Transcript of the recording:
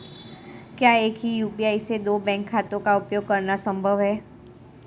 क्या एक ही यू.पी.आई से दो बैंक खातों का उपयोग करना संभव है?